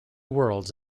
worlds